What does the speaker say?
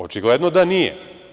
Očigledno da nije.